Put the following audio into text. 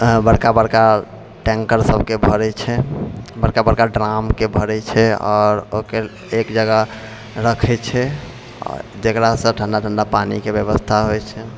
अऽ बड़का बड़का टेङ्कर सब भरै छै बड़का बड़का ड्रामके भरै छै आओर आइ कल्हि एक जगह रखै छै जेकरासँ ठण्डा ठण्डा पानिके व्यवस्था होइ छै